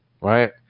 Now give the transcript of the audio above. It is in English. right